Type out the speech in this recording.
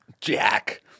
Jack